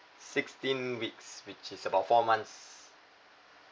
sixteen weeks which is about four months